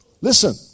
Listen